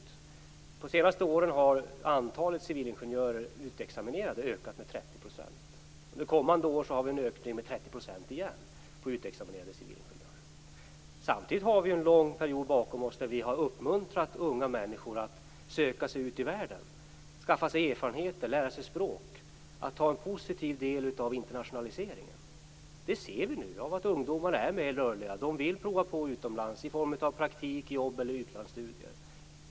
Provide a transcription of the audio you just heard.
Under de senaste åren har antalet utexaminerade civilingenjörer ökat med 30 %. Under kommande år har vi en ökning med 30 % igen. Samtidigt har vi en lång period bakom oss då vi har uppmuntrat unga människor att söka sig ut i världen för att skaffa sig erfarenheter, lära sig språk och ta en positiv del av internationaliseringen. Det ser vi nu i form av att ungdomar är mer rörliga och vill prova på att vara utomlands för att få praktik, jobb eller utlandsstudier.